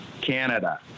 Canada